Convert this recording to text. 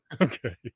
Okay